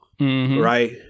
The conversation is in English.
right